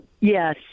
Yes